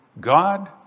God